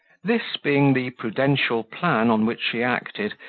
this being the prudential plan on which she acted,